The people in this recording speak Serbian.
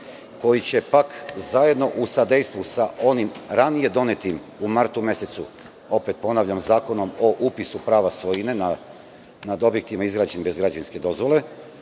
koji će pak zajedno u sadejstvu sa onim ranije donetim u martu mesecu, opet ponavljam, Zakonom o upisu prava svojine na dobitima izgrađenim bez građevinske dozvole,